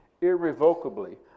irrevocably